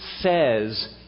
says